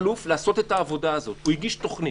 לעשות את העבודה הזאת, הוא הגיש תוכנית.